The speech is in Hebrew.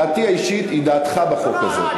דעתי האישית היא דעתך בחוק הזה,